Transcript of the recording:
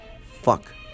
fuck